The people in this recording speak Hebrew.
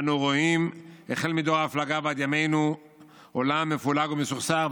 אנו רואים החל מדור הפלגה ועד ימינו עולם מפולג ומסוכסך,